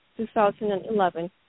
2011